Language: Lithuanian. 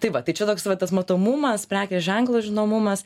tai va tai čia toks va tas matomumas prekės ženklo žinomumas